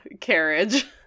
carriage